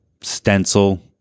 stencil